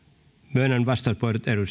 myönnän vastauspuheenvuorot